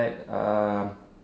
uh